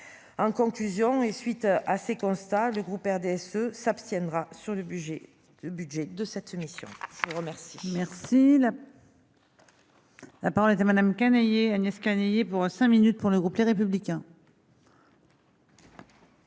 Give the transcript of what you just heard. en conclusion et suite à ces constats, le groupe RDSE s'abstiendra sur le budget, le budget de cette mission à vous remercie